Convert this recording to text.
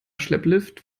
schlepplift